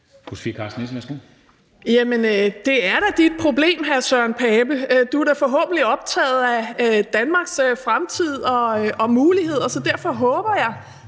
det er da dit problem, hr. Søren Pape Poulsen. Du er da forhåbentlig optaget af Danmarks fremtid og muligheder. (Larmen fra